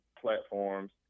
platforms